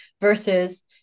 versus